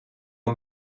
een